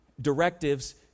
directives